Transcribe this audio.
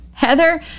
Heather